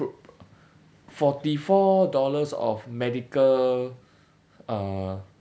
forty four dollars of medical uh